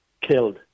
killed